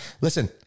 Listen